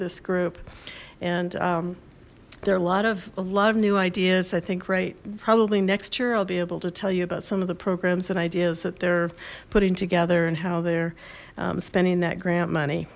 this group and there are a lot of a lot of new ideas i think right probably next year i'll be able to tell you about some of the programs and ideas that they're putting together and how they're spending that grant money